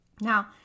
Now